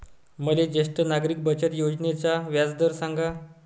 मले ज्येष्ठ नागरिक बचत योजनेचा व्याजदर सांगा